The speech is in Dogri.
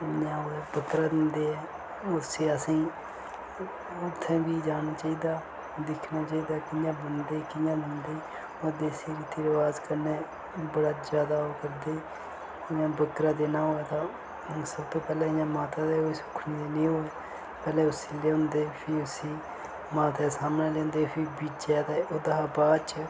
बक्करा दिंदे ऐ उसलै असेंगी उत्थै बी जाना चाहिदा दिक्खना चाहिदा कियां बनदे कियां दिंदे देसी रीति रिवाज कन्नै बड़ा ज्यादा ओह् करदे इयां बक्करा देना होवे तां सबतूं पैह्ले इयां माता दे सुक्खन देनी होए पैह्ले उसी लेयांदे फ्ही उसी माता दे सामनै लेआंदे फ्ही बिज्जै ते ओह्दे शा बाद च